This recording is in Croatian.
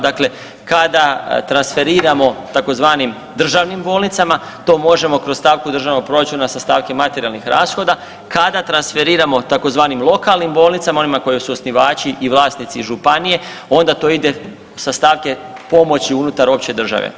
Dakle, kada transferiramo tzv. državnim bolnicama to možemo kroz stavu državnog proračuna sa stavke materijalnih rashoda, kada transferiramo tzv. lokalnim bolnicama onima koji su osnivači i vlasnici županije onda to ide sa stavke pomoći unutar opće države.